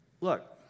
Look